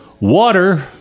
water